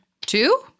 two